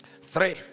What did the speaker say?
Three